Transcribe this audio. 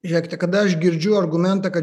žiūrėkite kada aš girdžiu argumentą kad